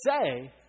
say